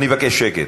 אני מבקש שקט.